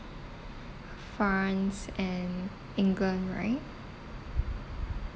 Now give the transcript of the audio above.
france and england right